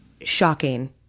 shocking